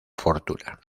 fortuna